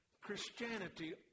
Christianity